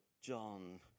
John